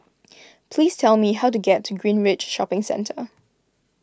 please tell me how to get to Greenridge Shopping Centre